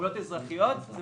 פעולות אזרחיות, זה